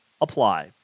apply